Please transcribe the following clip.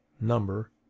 number